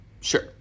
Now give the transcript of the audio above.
Sure